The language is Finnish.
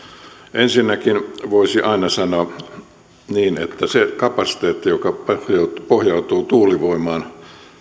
ensinnäkin voisi aina sanoa niin että se kapasiteetti joka pohjautuu tuulivoimaan